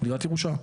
דירת ירושה.